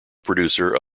producer